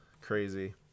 Crazy